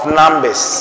numbers